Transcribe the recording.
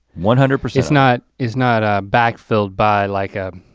one hundred. is not is not ah backfill by like, a